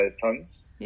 tons